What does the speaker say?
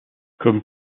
comme